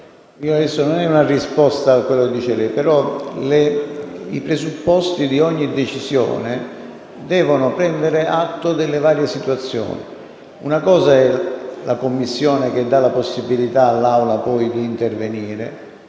non è una risposta a quanto lei ha detto, però rilevo che i presupposti di ogni decisione devono prendere atto delle varie situazioni. Una cosa è la Commissione che dà possibilità all'Assemblea di intervenire,